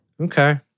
Okay